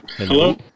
Hello